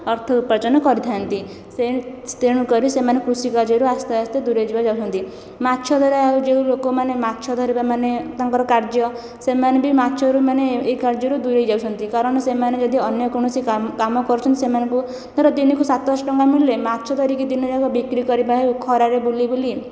ଅର୍ଥ ଉପାର୍ଜନ କରିଥାନ୍ତି ତେଣୁ କରି ସେମାନେ କୃଷି କାର୍ଯ୍ୟରୁ ଆସ୍ତେ ଆସ୍ତେ ଦୁରେଇ ଯିବାକୁ ଚାହୁଁଛନ୍ତି ମାଛ ଧରା ହେଉ ଯେଉଁ ଲୋକମାନେ ମାଛ ଧରିବା ମାନେ ତାଙ୍କର କାର୍ଯ୍ୟ ସେମାନେ ବି ମାଛରୁ ମାନେ ଏହି କାର୍ଯ୍ୟରୁ ଦୁରେଇ ଯାଉଛନ୍ତି କାରଣ ସେମାନେ ଯଦି ଅନ୍ୟ କୌଣସି କାମ କରୁଛନ୍ତି ସେମାନଙ୍କୁ ଧର ଦିନକୁ ସାତଶହ ଟଙ୍କା ମିଳିଲେ ମାଛ ଧରିକି ଦିନ ଯାକ ବିକ୍ରି କରିବା ହେଉ ଖରାରେ ବୁଲି ବୁଲି